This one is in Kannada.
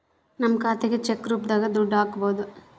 ನಮ್ ಖಾತೆಗೆ ಚೆಕ್ ರೂಪದಾಗ ದುಡ್ಡು ಹಕ್ಬೋದು